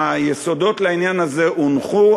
היסודות לעניין הזה הונחו.